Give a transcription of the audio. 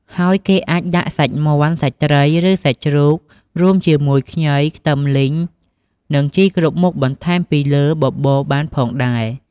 ហើយគេអាចដាក់សាច់មាន់ សាច់ត្រីឬសាច់ជ្រូក រួមជាមួយខ្ញី ខ្ទឹមលីង និងជីគ្រប់មុខបន្ថែមពីលើបបរបានផងដែរ។